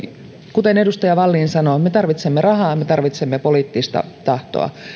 kuten edustaja wallin sanoi me tarvitsemme rahaa me tarvitsemme poliittista tahtoa